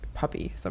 Puppy